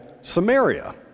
Samaria